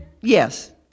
yes